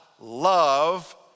Love